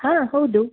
ಹಾಂ ಹೌದು